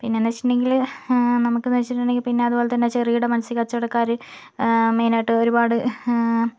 പിന്നെ എന്ന് വച്ചിട്ടുണ്ടെങ്കിൽ നമുക്ക് എന്ന് വെച്ചിട്ടുണ്ടെങ്കിൽ പിന്നെ അതുപോലെ തന്നെ ചെറുകിട മത്സ്യ കച്ചവടക്കാര് മെയിൻ ആയിട്ട് ഒരുപാട്